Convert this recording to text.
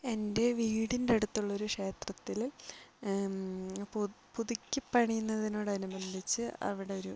എൻ്റെ വീടിൻ്റെ അടുത്തുള്ളൊരു ക്ഷേത്രത്തിൽ പുതുക്കി പണിയുന്നതിനോട് അനുബന്ധിച്ച് അവിടൊരു